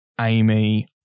Amy